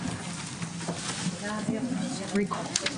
רבה.